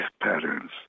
patterns